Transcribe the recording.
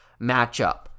matchup